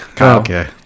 okay